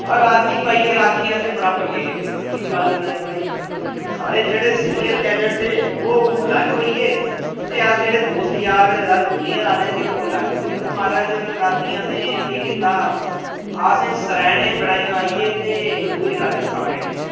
ओह् रातीं भाई रातीं असें बड़ा पंगे कीते सिद्धी गल्ल सनानी भाई साढ़े जेह्ड़े सीनियर कैडट थे ओह् अलग होई गे ते अस जेह्ड़े दोस्त यार अस जूनियर आह्ले थे ओह् अलग होई गे महाराज रातीं असें केह् कीता असें सर्हैने बनाई बनाइयै ते इक दुए ई रातीं सौने निं दित्ता